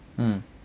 mm